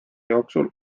jooksul